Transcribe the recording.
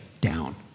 down